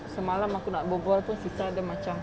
semalam aku nak berbual pun susah dia macam